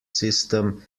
system